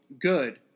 good